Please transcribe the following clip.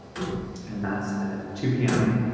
and that's at two p m.